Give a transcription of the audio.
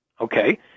okay